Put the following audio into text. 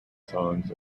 songs